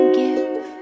give